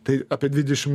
tai apie dvidešim